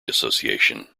association